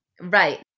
Right